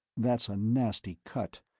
that's a nasty cut.